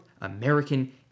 American